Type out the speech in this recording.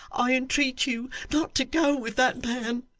i entreat you not to go with that man